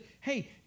hey